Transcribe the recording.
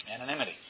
anonymity